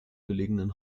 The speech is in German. gelegenen